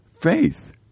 faith